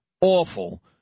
Awful